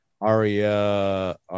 Aria